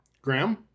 Graham